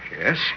Yes